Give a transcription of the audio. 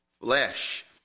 flesh